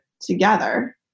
together